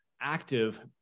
active